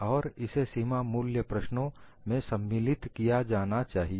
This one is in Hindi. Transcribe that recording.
और इसे सीमा मूल्य प्रश्नों में सम्मिलित किया जाना चाहिए